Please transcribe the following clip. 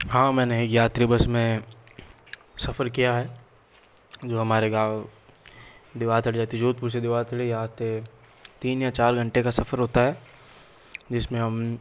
हाँ मैंने यात्री बस में सफ़र किया है जो हमारे गाँव देवातड़ी जोधपुर से दिवातड़ी जहाँ से तीन या चार घंटे का सफर होता है जिसमें हम